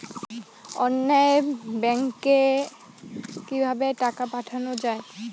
অন্যত্র ব্যংকে কিভাবে টাকা পাঠানো য়ায়?